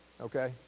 okay